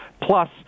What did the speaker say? plus